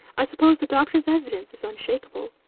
i suppose the doctor's evidence is unshakable?